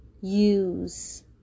use